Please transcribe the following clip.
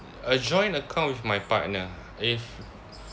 a joint account with my partner if